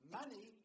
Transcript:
money